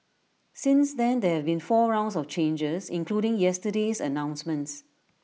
since then there have been four rounds of changes including yesterday's announcements